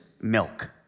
milk